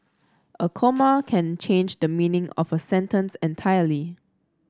a comma can change the meaning of a sentence entirely